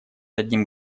одним